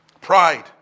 Pride